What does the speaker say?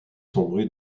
sombré